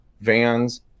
vans